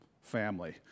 family